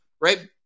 right